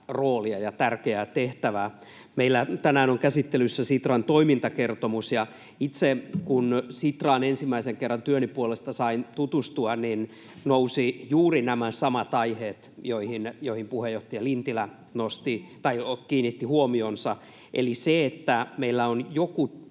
roolia ja tärkeää tehtävää. Meillä on tänään käsittelyssä Sitran toimintakertomus, ja itse kun Sitraan ensimmäisen kerran työni puolesta sain tutustua, niin nousivat juuri nämä samat aiheet, joihin puheenjohtaja Lintilä kiinnitti huomionsa: meillä on joku